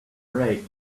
right